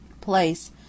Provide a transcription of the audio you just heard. place